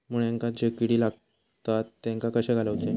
मुळ्यांका जो किडे लागतात तेनका कशे घालवचे?